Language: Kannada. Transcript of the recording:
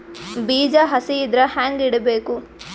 ಬೀಜ ಹಸಿ ಇದ್ರ ಹ್ಯಾಂಗ್ ಇಡಬೇಕು?